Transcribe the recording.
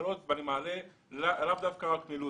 תקלות ואני מעלה נושאים לאו דווקא רק מלוד.